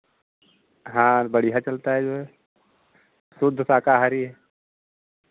हाँ बढ़ियाँ चलता है जो है शुद्ध शाकाहारी है